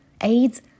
AIDS